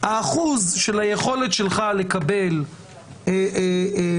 האחוז של היכולת שלך לקבל פרטים,